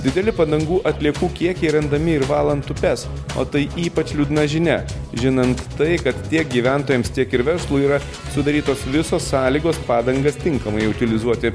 dideli padangų atliekų kiekiai randami ir valant upes o tai ypač liūdna žinia žinant tai kad tiek gyventojams tiek ir verslui yra sudarytos visos sąlygos padangas tinkamai utilizuoti